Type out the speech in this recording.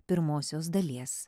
pirmosios dalies